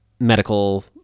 medical